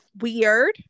Weird